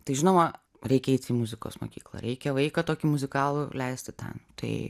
tai žinoma reikia eit į muzikos mokyklą reikia vaiką tokį muzikalų leisti ten tai